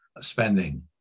spending